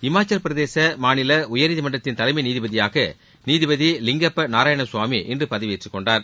இமாச்சல்பிரதேச மாநில உயர்நீதிமன்றத்தின் தலைமை நீதிபதியாக நீதிபதி லிங்கப்ப நாராயண சுவாமி இன்று பதவியேற்றுக் கொண்டார்